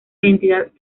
identidad